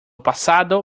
pasado